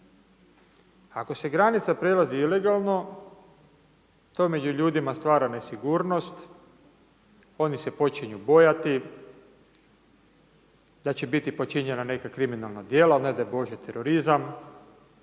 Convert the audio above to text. Ako se granica prelazi ilegalno to među ljudima stvara nesigurnost, oni se počinju bojati da će biti počinjenja neka kriminalna djela, ne daj Bože terorizam,